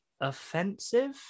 offensive